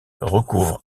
recouvre